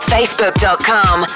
Facebook.com